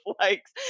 likes